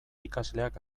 ikasleak